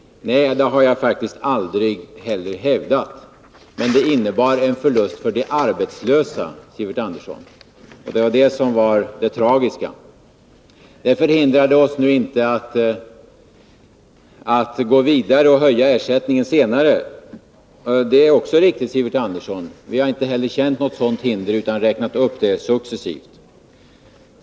Nej, det har jag faktiskt heller aldrig hävdat. Men det innebar en förlust för de arbetslösa, Sivert Andersson. Det var det som var det tragiska: Det hindrade oss inte från att gå vidare och höja ersättningen senare — det är också riktigt, Sivert Andersson. Vi har inte heller känt något sådant hinder utan har räknat upp ersättningen successivt.